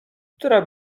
która